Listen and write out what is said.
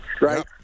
right